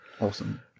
awesome